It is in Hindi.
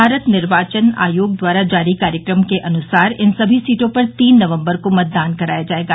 भारत निर्वाचन आयोग द्वारा जारी कार्यक्रम के अनुसार इन समी सीटों पर तीन नवम्बर को मतदान कराया जायेगा